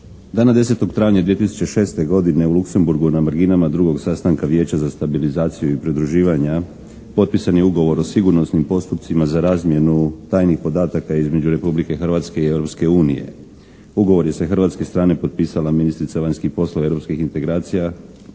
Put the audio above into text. Dana 10. travnja 2006. godine u Luksemburgu na marginama drugog sastanka Vijeća za stabilizaciju i pridruživanja potpisan je ugovor o sigurnosnim postupcima za razmjenu tajnih podataka između Republike Hrvatske i Europske unije. Ugovor je sa hrvatske strane potpisala ministrica vanjskih poslova i